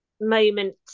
moment